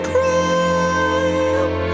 Crime